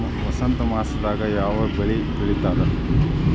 ವಸಂತ ಮಾಸದಾಗ್ ಯಾವ ಬೆಳಿ ಬೆಳಿತಾರ?